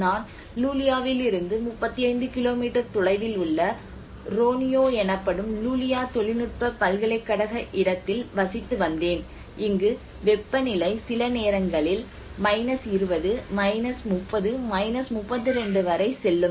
நான் லூலியாவிலிருந்து 35 கிலோமீட்டர் தொலைவில் உள்ள ரோனியோ எனப்படும் லூலியா தொழில்நுட்ப பல்கலைக்கழக இடத்தில் வசித்து வந்தேன் இங்கு வெப்பநிலை சில நேரங்களில் 20 30 32 வரை செல்லும்